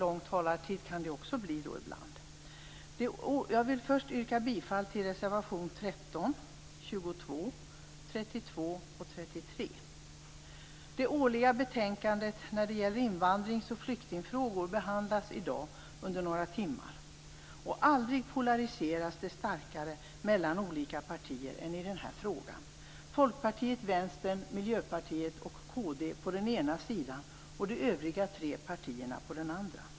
Ibland kan det också bli lång taletid. Jag yrkar bifall till reservationerna 13, 22, 32 och Det årliga betänkandet om invandrings och flyktingfrågor behandlas i dag under några timmar. Aldrig polariseras det starkare mellan olika partier än i denna fråga: Folkpartiet, Vänstern, Miljöpartiet och kd på ena sidan och de övriga tre partierna på den andra.